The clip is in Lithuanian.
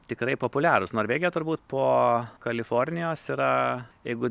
tikrai populiarūs norvegija turbūt po kalifornijos yra jeigu